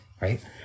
right